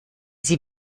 sie